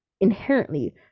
inherently